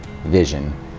vision